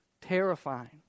Terrifying